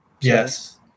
Yes